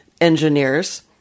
engineers